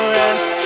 rest